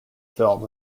film